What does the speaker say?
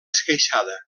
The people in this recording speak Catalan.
esqueixada